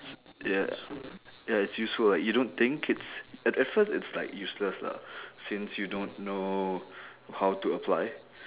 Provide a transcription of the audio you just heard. ya ya it's useful lah you don't think it's at at first it's like useless lah since you don't know how to apply